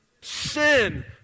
sin